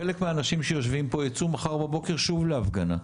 חלק מהאנשים שיושבים פה ייצאו מחר בבוקר שוב להפגנה.